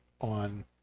on